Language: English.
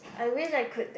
I wish I could that